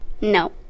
No